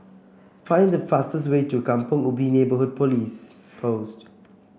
find the fastest way to Kampong Ubi Neighbourhood Police Post